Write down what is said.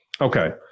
Okay